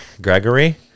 Gregory